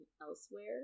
elsewhere